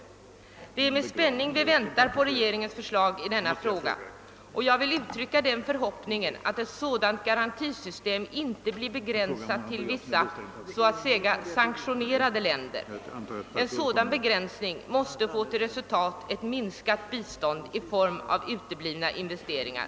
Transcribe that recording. Vi väntar med spänning på regeringens förslag i denna fråga och jag vill endast uttrycka förhoppningen att ett sådant garantisystem inte blir begränsat till vissa så att säga sanktionerade länder. En sådan begränsning måste få till resultat ett minskat bistånd i form av uteblivna investeringar.